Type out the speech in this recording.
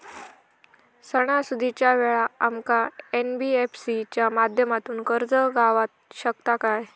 सणासुदीच्या वेळा आमका एन.बी.एफ.सी च्या माध्यमातून कर्ज गावात शकता काय?